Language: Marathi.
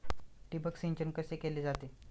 ठिबक सिंचन कसे केले जाते?